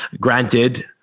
Granted